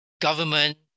government